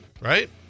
right